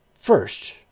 first